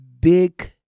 big